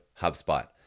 HubSpot